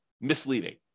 misleading